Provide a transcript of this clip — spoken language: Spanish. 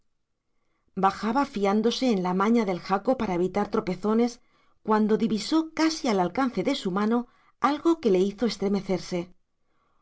bajaba fiándose en la maña del jaco para evitar tropezones cuando divisó casi al alcance de su mano algo que le hizo estremecerse